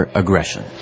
aggression